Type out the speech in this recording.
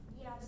Yes